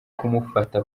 kumufata